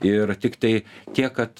ir tiktai tiek kad